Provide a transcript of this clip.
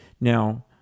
Now